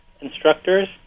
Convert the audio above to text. instructors